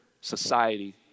society